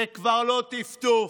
זה כבר לא טפטוף,